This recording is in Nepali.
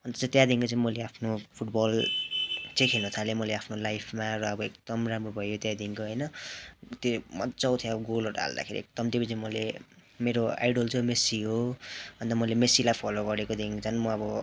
अन्त चाहिँ त्यहाँदेखिको चाहिँ मैले आफ्नो फुटबल चाहिँ खेल्नु थालेँ मैले आफ्नो लाइफमा र एकदम राम्रो भएँ त्यहाँदेखिको होइन त्यो मज्जा आउँथ्यो अब गोलहरू हाल्दाखेरि एकदम त्योपछि मैले मेरो आइडल चाहिँ मेस्सी हो अन्त मैले मेस्सीलाई फलो गरेकोदेखि झन् म अब